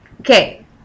okay